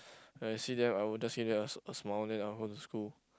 when I see them I will just give them a a smile then I'll go to school